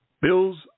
Bills